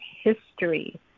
history